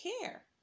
care